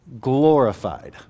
Glorified